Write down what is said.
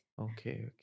Okay